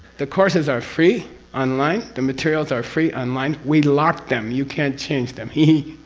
the courses are free online. the materials are free online. we locked them. you can't change them. hehe.